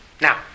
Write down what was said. Now